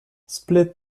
split